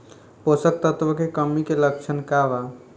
पोषक तत्व के कमी के लक्षण का वा?